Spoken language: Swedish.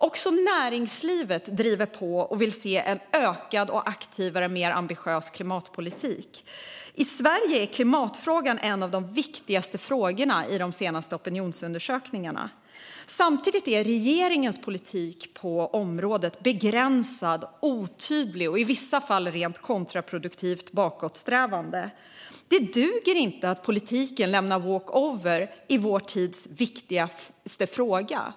Också näringslivet driver på och vill se en ökad, aktivare och mer ambitiös klimatpolitik. I Sverige är klimatfrågan en av de viktigaste frågorna i de senaste opinionsundersökningarna. Samtidigt är regeringens politik på området begränsad, otydlig och i vissa fall rent kontraproduktivt bakåtsträvande. Det duger inte att politiken lämnar walkover i vårt tids viktigaste fråga.